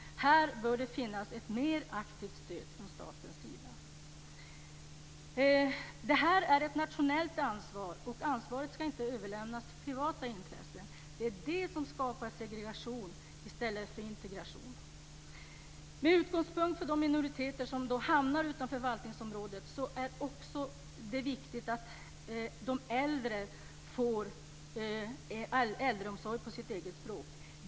Här bör det finnas ett mer aktivt stöd från statens sida. Det här är ett nationellt ansvar, och det ansvaret ska inte överlämnas till privata intressen. Det skapar segregation i stället för integration. För de minoriteter som hamnar utanför förvaltningsområde är det viktigt att de äldre får äldreomsorg på sitt eget språk.